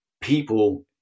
people